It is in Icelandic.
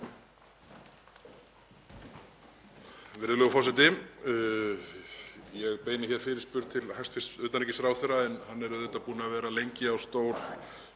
Virðulegur forseti. Ég beini hér fyrirspurn til hæstv. utanríkisráðherra en hann er auðvitað búinn að vera lengi á stól